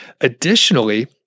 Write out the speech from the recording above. Additionally